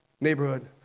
neighborhood